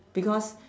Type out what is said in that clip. because